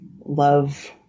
love